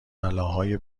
بلاهای